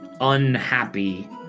unhappy